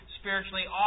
spiritually